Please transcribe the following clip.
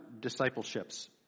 discipleships